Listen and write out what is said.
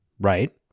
right